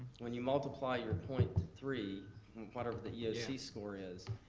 when you multiply your point three and whatever the eoc score is,